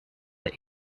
the